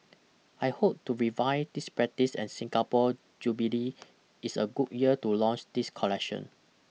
I hope to revive this practice and Singapore's jubilee is a good year to launch this collection